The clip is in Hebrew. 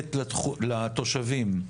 ולתת לתושבים,